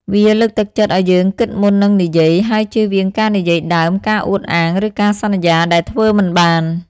វាលើកទឹកចិត្តឲ្យយើងគិតមុននឹងនិយាយ ហើយជៀសវាងការនិយាយដើម ការអួតអាង ឬការសន្យាដែលធ្វើមិនបាន។